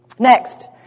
Next